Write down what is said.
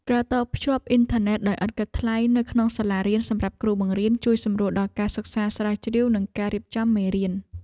ការតភ្ជាប់អ៊ីនធឺណិតដោយឥតគិតថ្លៃនៅក្នុងសាលារៀនសម្រាប់គ្រូបង្រៀនជួយសម្រួលដល់ការសិក្សាស្រាវជ្រាវនិងការរៀបចំមេរៀន។